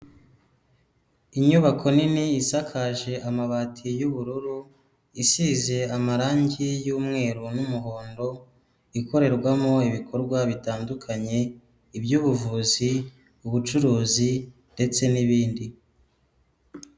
Inyubako nini isakajwe amabati y'ubururu isize amarangi y'umweru n'umuhondo, ikorerwamo ibikorwa bitandukanye iby'ubuvuzi, ubucuruzi ndetse n'ibindi.